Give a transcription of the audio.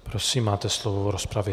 Prosím, máte slovo v rozpravě.